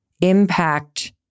impact